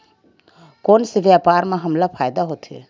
कोन से व्यापार म हमला फ़ायदा होथे?